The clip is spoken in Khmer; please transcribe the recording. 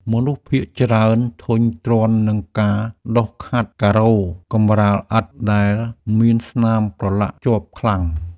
មនុស្សភាគច្រើនធុញទ្រាន់នឹងការដុសខាត់ការ៉ូកម្រាលឥដ្ឋ ដែលមានស្នាមប្រឡាក់ជាប់ខ្លាំង។